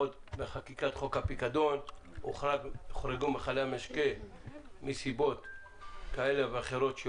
עוד בחקיקת חוק הפיקדון הוחרגו מכלי המשקה מסיבות כאלה ואחרות.